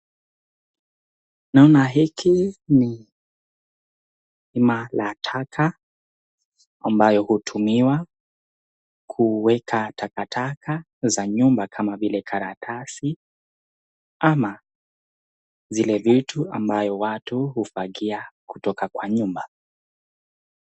Naona hiki ni pipa la taka ambayo hutumiwa kuweka takataka za nyumba kama vile karatasi ama zile vitu watu hufagia kutoka kwa nyumba.